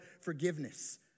forgiveness